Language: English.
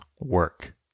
work